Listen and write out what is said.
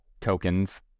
tokens